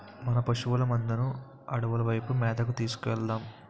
మన పశువుల మందను అడవుల వైపు మేతకు తీసుకు వెలదాం